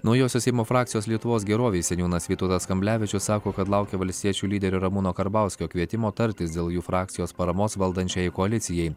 naujosios seimo frakcijos lietuvos gerovei seniūnas vytautas kamblevičius sako kad laukia valstiečių lyderio ramūno karbauskio kvietimo tartis dėl jų frakcijos paramos valdančiajai koalicijai